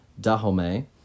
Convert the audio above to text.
Dahomey